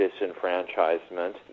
disenfranchisement